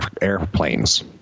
airplanes